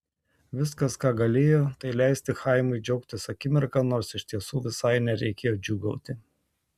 viskas ką galėjo tai leisti chaimui džiaugtis akimirka nors iš tiesų visai nereikėjo džiūgauti